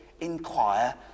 inquire